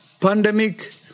Pandemic